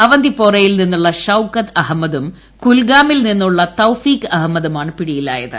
അവന്തിപ്പോറയിൽ നിന്നുള്ള ഷൌക്കത്ത് അഹമ്മദും കുൽഗാമിൽ നിന്നുള്ള തൌഫീക് അഹമ്മദുമാണ് പിടിയിലായത്